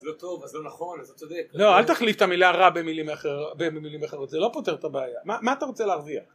זה לא טוב, אז לא נכון, זה לא צודק. לא, אל תחליף את המילה רע במילים אחרות, זה לא פותר את הבעיה. מה אתה רוצה להרוויח?